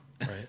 Right